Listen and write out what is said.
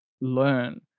learn